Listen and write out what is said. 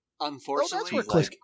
Unfortunately